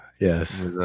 Yes